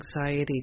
Anxiety